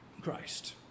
Christ